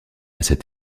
cet